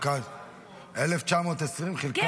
חלוקה, 1920, חילקה את הארץ.